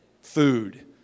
food